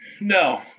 No